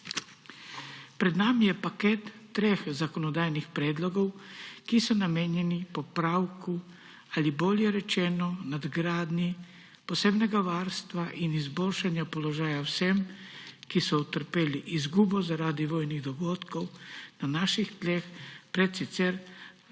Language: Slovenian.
Pred nami je paket treh zakonodajnih predlogov, ki so namenjeni popravku ali, bolje rečeno, nadgradnji posebnega varstva in izboljšanja položaja vsem, ki so utrpeli izgubo zaradi vojnih dogodkov na naših tleh pred sicer davnimi